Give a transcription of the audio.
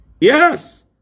Yes